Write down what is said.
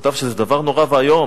כתב שזה דבר נורא ואיום.